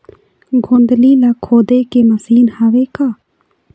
गोंदली ला खोदे के मशीन हावे का?